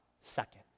second